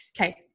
Okay